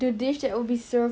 what you give to your parents